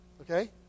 Okay